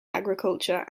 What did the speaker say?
agriculture